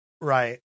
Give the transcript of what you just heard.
Right